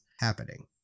happening